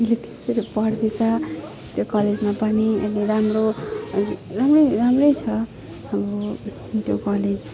पढ्दैछ त्यो कलेजमा पनि अब राम्रो राम्रै राम्रै छ अब त्यो कलेज